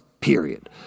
period